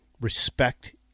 respect